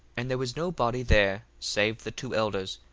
and there was no body there save the two elders,